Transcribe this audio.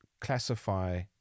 classify